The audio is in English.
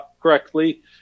correctly